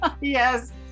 Yes